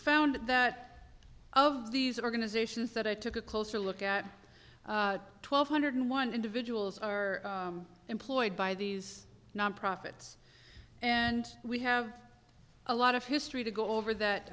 found that of these organizations that i took a closer look at twelve hundred one individuals are employed by these non profits and we have a lot of history to go over that